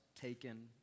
taken